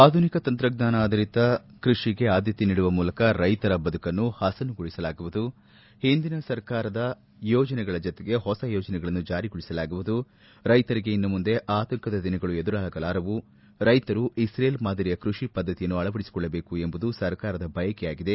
ಆಧುನಿಕ ತಂತ್ರಜ್ಞಾನ ಆಧರಿತ ಕೃಷಿಗೆ ಆದ್ದತೆ ನೀಡುವ ಮೂಲಕ ರೈತರ ಬದುಕನ್ನು ಹಸನುಗೊಳಿಸಲಾಗುವುದು ಹಿಂದಿನ ಸರ್ಕಾರದ ಯೋಜನೆಗಳ ಜತೆಗೆ ಹೊಸ ಯೋಜನೆಗಳನ್ನು ಜಾರಿಗೊಳಿಸಲಾಗುವುದು ರೈತರಿಗೆ ಇನ್ನು ಮುಂದೆ ಆತಂಕದ ದಿನಗಳು ಎದುರಾಗಲಾರವು ರೈತರು ಇಕ್ರೇಲ್ ಮಾದರಿಯ ಕೃಷಿ ಪದ್ದತಿಯನ್ನು ಅಳವಡಿಸಿಕೊಳ್ಳಬೇಕು ಎಂಬುದು ಸರ್ಕಾರದ ಬಯಕೆಯಾಗಿದೆ